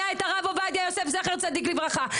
היה את הרב עובדיה יוסף זכר צדיק לברכה,